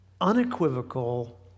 unequivocal